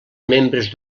membres